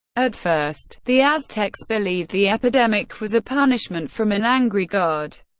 at first, the aztecs believed the epidemic was a punishment from an angry god,